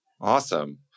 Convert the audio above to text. Awesome